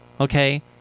Okay